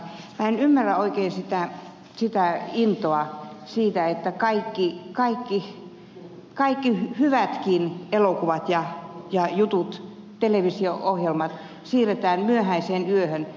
minä en ymmärrä oikein sitä intoa siitä että kaikki hyvätkin elokuvat ja televisio ohjelmat siirretään myöhäiseen yöhön